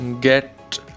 get